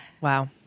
Wow